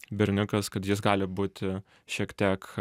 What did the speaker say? berniukas kad jis gali būti šiek tiek